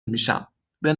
میشم، به